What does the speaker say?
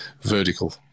vertical